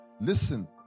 Listen